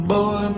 Boy